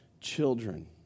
children